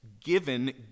given